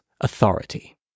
authority